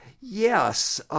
Yes